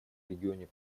регионе